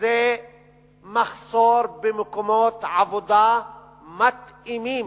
מחסור במקומות עבודה מתאימים.